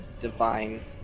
divine